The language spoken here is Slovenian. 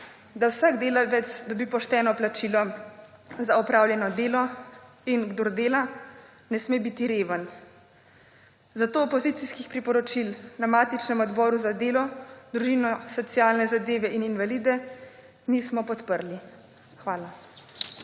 da vsak delavec dobi pošteno plačilo za opravljeno delo in kdor dela ne sme biti reven, zato opozicijskih priporočil na matičnem Odboru za delo, družino, socialne zadeve in invalide nismo podprli. Hvala.